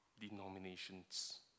denominations